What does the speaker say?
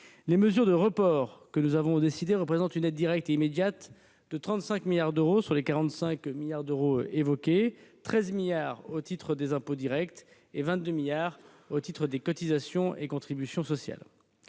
Les mesures de report que nous avons prises représentent une aide directe et immédiate de 35 milliards d'euros, sur les 45 milliards précédemment évoqués : 13 milliards au titre des impôts directs et 22 milliards au titre des cotisations et contributions sociales.